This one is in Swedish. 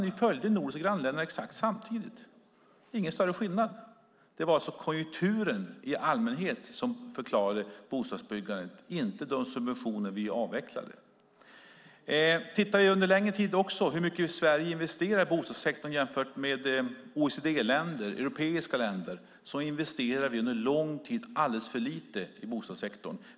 Vi följde de nordiska grannländerna exakt samtidigt, och det var ingen större skillnad. Det var konjunkturen i allmänhet som förklarade bostadsbyggandet och inte de subventioner vi avvecklade. Tittar vi under längre tid på hur mycket Sverige investerade i bostadssektorn jämfört med OECD-länder och europeiska länder investerade vi under lång tid alldeles för lite i bostadssektorn.